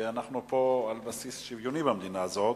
ואנחנו פה על בסיס שוויוני במדינה הזאת.